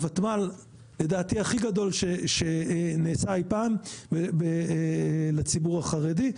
הותמ"מ לדעתי הכי גדול שנעשה אי פעם לציבור החרדי,